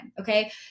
Okay